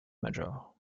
major